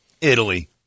Italy